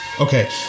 Okay